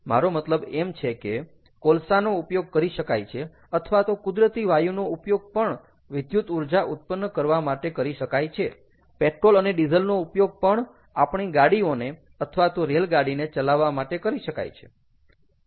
મારો મતલબ એમ છે કે કોલસાનો ઉપયોગ કરી શકાય છે અથવા તો કુદરતી વાયુનો ઉપયોગ પણ વિદ્યુત ઊર્જા ઉત્પન્ન કરવા માટે કરી શકાય છે પેટ્રોલ અને ડીઝલ નો ઉપયોગ પણ આપણી ગાડીઓને અથવા તો રેલગાડીને ચલાવવા માટે કરી શકાય છે